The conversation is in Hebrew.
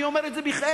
אני אומר את זה בכאב,